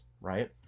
right